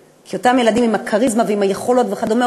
כי אותם ילדים עם כריזמה ויכולות וכדומה,